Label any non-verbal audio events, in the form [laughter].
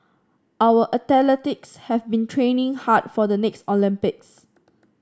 our [unintelligible] have been training hard for the next Olympics